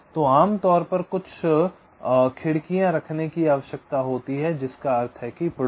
तो आमतौर पर आपको कुछ खिड़कियां रखने की आवश्यकता होती है जिसका अर्थ है पड़ोस